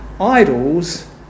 Idols